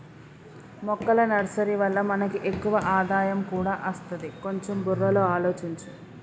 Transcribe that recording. మొక్కల నర్సరీ వల్ల మనకి ఎక్కువ ఆదాయం కూడా అస్తది, కొంచెం బుర్రలో ఆలోచించు